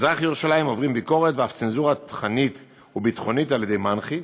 במזרח-ירושלים עוברים ביקורת ואף צנזורה תוכנית וביטחונית על-ידי מנח"י.